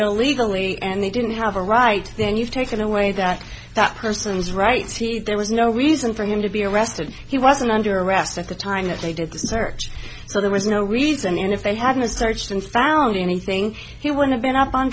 illegally and they didn't have a right then you've taken away that that person's rights there was no reason for him to be arrested he wasn't under arrest at the time that they did the search so there was no reason if they hadn't a search and found anything he would've been up on